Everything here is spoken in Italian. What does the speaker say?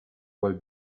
vuol